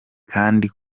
kandi